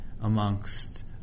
amongst